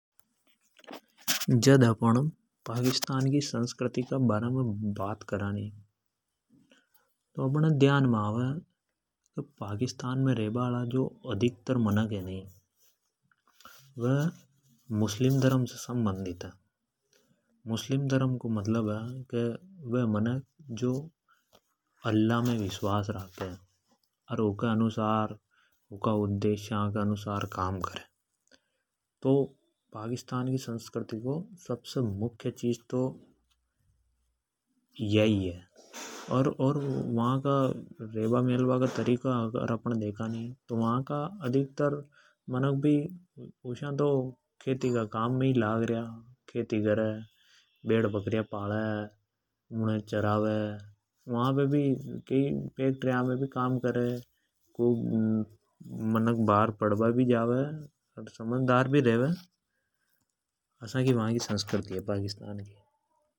जद अपण पाकिस्तान की संस्कृति का बारा में बात करा नि तो अपण है ध्यान मे आवे की पाकिस्तान मे रेबा हाला अदिकतर मनख है जो मुस्लिम धर्म से संबधित है। मुस्लिम धर्म को मतलब है वे मनख जो अल्लाह मे विस्वास राखे। और ऊँ का उद्देश्य के अनुसार काम करे मुख्य चिज तो या ही है। अगर रेबा मेलबा का तरीका के आधार पे देखा तो वा का अधिकतर मनख खेती का काम मे ही लाग रया। वे खेती करे। भेड बकरियाँ पाले चरावे। वा मनख फैक्ट्री मे भी काम करे मनख पढ़बा भी जावे समझ दार भी रेवे। अस्या की पाकिस्तान की संस्कृति है।